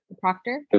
proctor